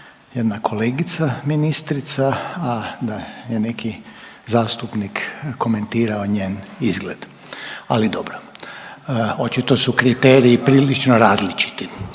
jedna kolegica ministrica, a da je neki zastupnik komentirao njen izgled, ali dobro, očito su kriteriji prilično različiti